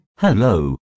Hello